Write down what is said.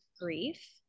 grief